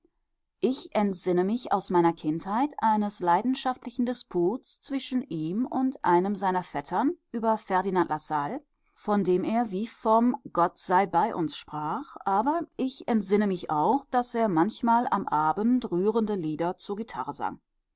ich entsinne mich aus meiner kindheit eines leidenschaftlichen disputs zwischen ihm und einem seiner vettern über ferdinand lassalle von dem er wie vom gottseibeiuns sprach aber ich entsinne mich auch daß er manchmal am abend rührende lieder zur